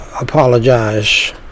apologize